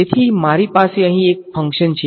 તેથી મારી પાસે અહીં એક ફંકશન છે